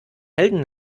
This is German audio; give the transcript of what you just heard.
helden